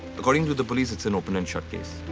according to the police it's an open and shut case.